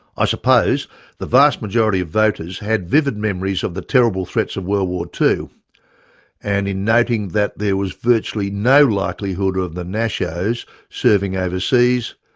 i suppose the vast majority of voters had vivid memories of the terrible threats of world war ii and in noting that there was virtually no likelihood of the nashos serving overseas,